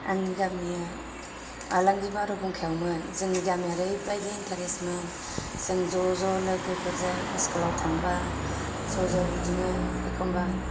आंनि गामिया आलांगि बार'बुंखायावमोन जोंनि गामिया ओरैबायदि इन्थारेस्टिंमोन जों ज' ज' लोगोफोरजों स्कुलाव थांबा ज' ज' बिदिनो एखम्बा